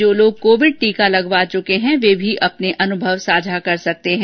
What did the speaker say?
जो लोग कोविड टीका लगवा चुके हैं वे भी अपने अनुभव साझा कर सकते हैं